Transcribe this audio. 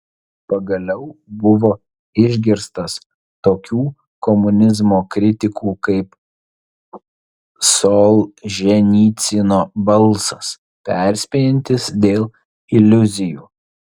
pagaliau buvo išgirstas tokių komunizmo kritikų kaip solženicyno balsas perspėjantis dėl iliuzijų